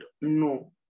no